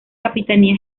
capitanía